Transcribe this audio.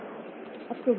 अब प्रोग्राम कैसे चलाएं